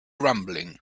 rumbling